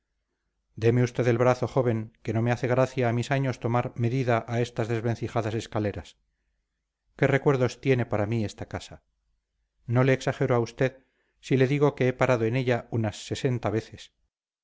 deme usted el brazo joven que no me hace gracia a mis años tomar medida a estas desvencijadas escaleras qué recuerdos tiene para mí esta casa no le exagero a usted si le digo que he parado en ella unas sesenta veces